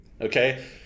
okay